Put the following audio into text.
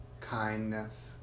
kindness